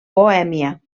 bohèmia